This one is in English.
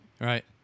right